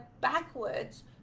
backwards